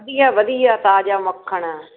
ਵਧੀਆ ਵਧੀਆ ਤਾਜ਼ਾ ਮੱਖਣ